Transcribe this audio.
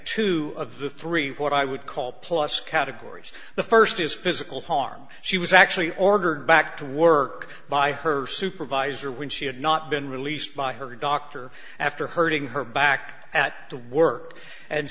two of the three what i would call plus categories the first is physical harm she was actually ordered back to work by her supervisor when she had not been released by her doctor after hurting her back at the work and